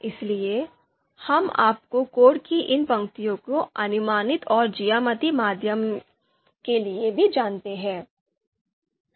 इसलिए हम आपको कोड की इन पंक्तियों को अनुमानित और ज्यामितीय माध्य विधियों के लिए भी जानते हैं